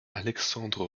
alexandre